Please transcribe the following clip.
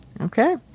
Okay